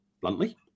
bluntly